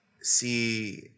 see